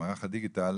מערך הדיגיטל,